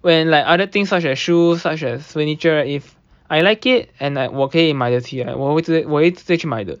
when like other things such as shoes such as furniture right if I like it and like 我可以买得起 right 我会直接我会直接去买的